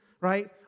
right